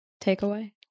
takeaway